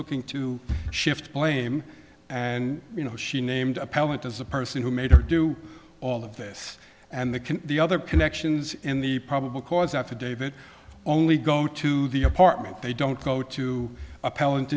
looking to shift blame and you know she named appellant as a person who made her do all of this and that can the other connections in the probable cause affidavit only go to the apartment they don't go to appellan